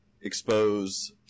expose